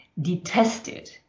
detested